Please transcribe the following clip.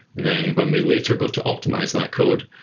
then when we later go to optimize that code,